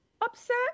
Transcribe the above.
upset